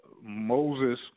Moses